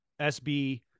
sb